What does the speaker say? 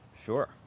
Sure